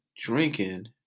drinking